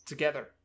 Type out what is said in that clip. Together